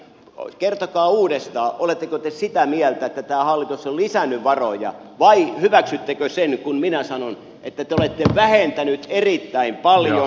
kertokaa uudestaan oletteko te sitä mieltä että tämä hallitus on lisännyt varoja vai hyväksyttekö sen kun minä sanon että te olette vähentäneet erittäin paljon